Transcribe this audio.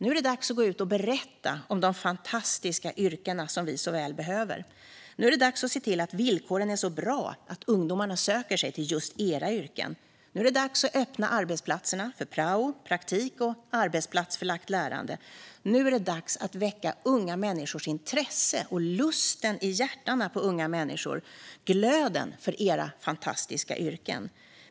Nu är det dags att gå ut och berätta om de fantastiska yrkena, som vi så väl behöver. Nu är det dags att se till att villkoren är så bra att ungdomarna söker sig till just era yrken. Nu är det dags att öppna arbetsplatserna för prao, praktik och arbetsplatsförlagt lärande. Nu är det dags att väcka unga människors intresse och lusten i unga människors hjärtan - glöden för era fantastiska yrken.